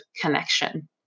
connection